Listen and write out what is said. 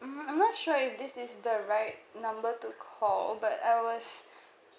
mm I'm not sure if this is the right number to call but I was